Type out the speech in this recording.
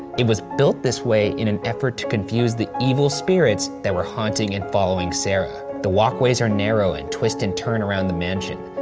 it was built this way in an effort to confuse the evil spirits that were haunting and following sarah. sarah. the walkways are narrow and twist and turn around the mansion,